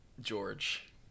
George